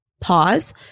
Pause